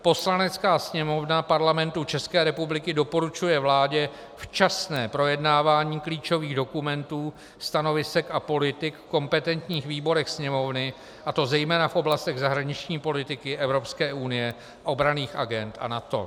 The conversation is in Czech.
Poslanecká Sněmovna Parlamentu České republiky doporučuje vládě včasné projednávání klíčových dokumentů, stanovisek a politik v kompetentních výborech Sněmovny, a to zejména v oblastech zahraniční politiky Evropské unie, obranných agend a NATO.